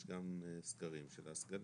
יש גם סקרים של העסקנים.